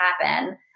happen